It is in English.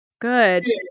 good